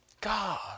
God